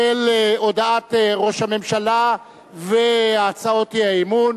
על הודעת ראש הממשלה והצעות האי-אמון,